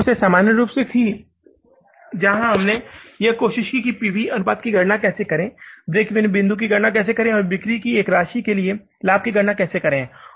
पहली समस्या सामान्य रूप से थी जहां हम यह जानने की कोशिश करते हैं कि पी वी अनुपात की गणना कैसे करें ब्रेक ईवन बिंदु की गणना कैसे करें बिक्री की एक राशि के लिए लाभ की गणना कैसे करें